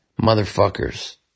motherfuckers